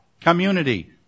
community